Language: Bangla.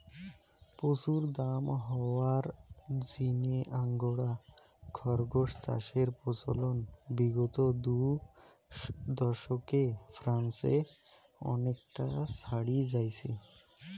প্রচুর দাম হওয়ার জিনে আঙ্গোরা খরগোস চাষের প্রচলন বিগত দু দশকে ফ্রান্সে অনেকটা ছড়ি যাইচে